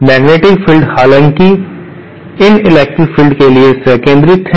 magnetic field हालांकि इन electric fields के लिए संकेंद्रित हैं